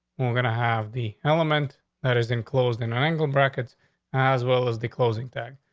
we're gonna have the element that is in closing and and angle brackets as well as the closing tax.